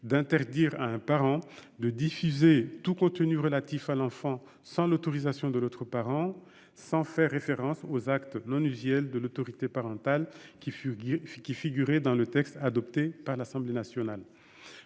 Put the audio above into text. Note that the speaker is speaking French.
d'interdire à un parent de diffuser tout contenu relatif à l'enfant sans l'autorisation de l'autre parent, sans faire référence aux actes non usuels de l'autorité parentale qui figurait dans le texte adopté par l'Assemblée nationale.